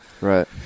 right